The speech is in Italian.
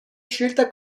scelta